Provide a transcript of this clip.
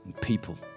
People